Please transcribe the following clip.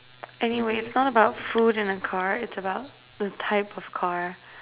anyway it's not about food in a car it's about the type of car